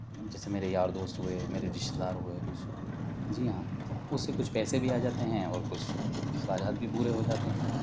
جیسے میرے یار دوست ہوئے میرے رشتے دار ہوئے کچھ جی ہاں اس سے کچھ پیسے بھی آ جاتے ہیں اور کچھ اخراجات بھی پورے ہو جاتے ہیں